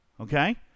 Okay